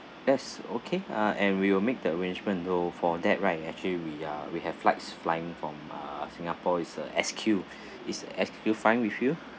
as okay uh and we will make the arrangement though for that right actually we are we have flights flying from uh singapore is uh S_Q is S_Q fine with you